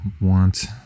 want